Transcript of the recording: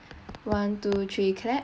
one two three clap